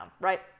right